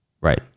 Right